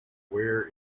where